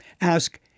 Ask